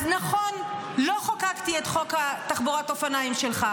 אז נכון, לא חוקקתי את חוק תחבורת האופניים שלך,